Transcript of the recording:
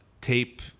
Tape